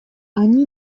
они